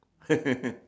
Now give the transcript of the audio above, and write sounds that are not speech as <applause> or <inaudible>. <laughs>